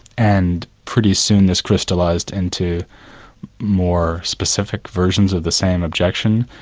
and pretty soon, this crystallised into more specific versions of the same objection.